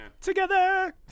Together